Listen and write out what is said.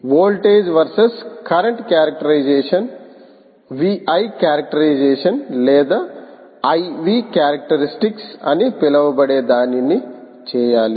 voltage versus current characterization VI characterization లేదా IV characteristics అని పిలవబడే దానిని చేయాలి